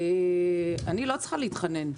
אני לא צריכה להתחנן.